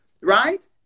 right